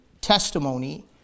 testimony